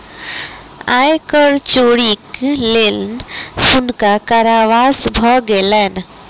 आय कर चोरीक लेल हुनका कारावास भ गेलैन